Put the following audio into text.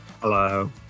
Hello